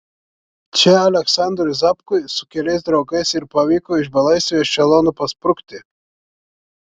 čia aleksandrui zapkui su keliais draugais ir pavyko iš belaisvių ešelono pasprukti